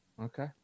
Okay